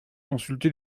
consulter